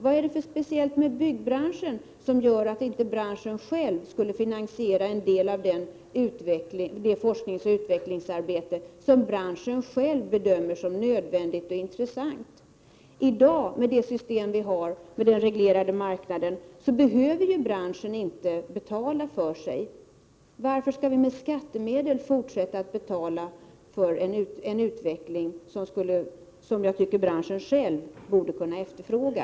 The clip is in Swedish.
Vad är det för speciellt med byggbranschen som gör att inte branschen själv skulle kunna finansiera en del av det forskningsoch utvecklingsarbete som branschen själv bedömer vara nödvändigt och intressant? Med det system som vi har i dag och den reglerade marknad vi har behöver branschen inte betala för sig. Varför skall vi med skattemedel fortsätta att betala för en utveckling som jag tycker att branschen själv borde kunna efterfråga?